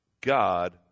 God